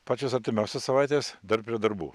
pačias artimiausias savaites dar prie darbų